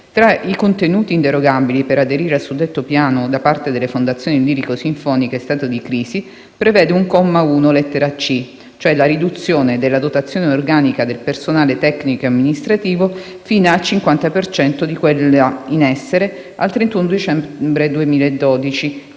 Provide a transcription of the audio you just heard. tra i contenuti inderogabili per aderire al suddetto piano da parte delle fondazioni lirico-sinfoniche in stato di crisi, prevede, al comma 1, lettera *c)*, «la riduzione della dotazione organica del personale tecnico e amministrativo fino al cinquanta per cento di quella in essere al 31 dicembre 2012